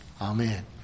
Amen